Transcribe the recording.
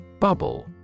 bubble